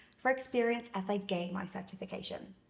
for experience as i gain my certification.